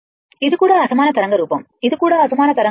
ఇది కూడా అసమాన తరంగ రూపం ఇది కూడా అసమాన తరంగ రూపం